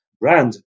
brand